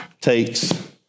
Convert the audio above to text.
takes